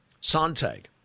Sontag